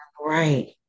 right